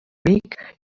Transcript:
week